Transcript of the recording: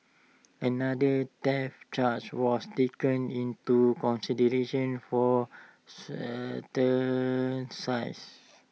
another theft charge was taken into consideration for